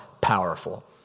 powerful